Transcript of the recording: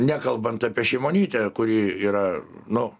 nekalbant apie šimonytę kuri yra nu